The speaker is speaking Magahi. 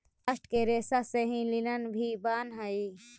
बास्ट के रेसा से ही लिनन भी बानऽ हई